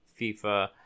FIFA